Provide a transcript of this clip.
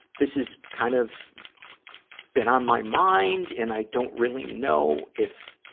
this is kind of been on my mind, and i don't really know if,